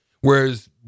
whereas